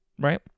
right